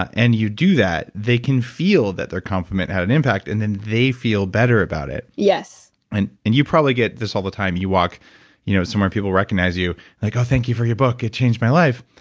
and you do that, they can feel that their compliment had an impact. and then, they feel better about it yes and and you probably get this all the time, you walk you know somewhere and people recognize you like, oh thank you for your book, it changed my life.